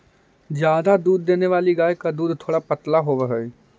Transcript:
ज्यादा दूध देने वाली गाय का दूध थोड़ा पतला होवअ हई